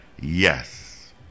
yes